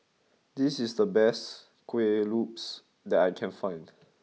this is the best Kuih Lopes that I can find